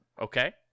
Okay